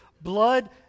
blood